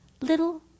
Little